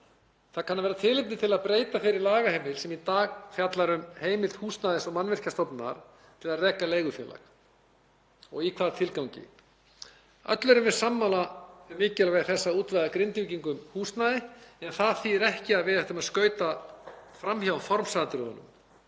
Það kann að vera tilefni til að breyta þeirri lagaheimild sem í dag fjallar um heimild Húsnæðis- og mannvirkjastofnunar til að reka leigufélag og í hvaða tilgangi. Öll erum við sammála um mikilvægi þess að útvega Grindvíkingum húsnæði en það þýðir ekki að við ættum að skauta fram hjá formsatriðunum.